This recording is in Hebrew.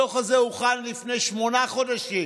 הדוח הזה הוכן לפני שמונה חודשים.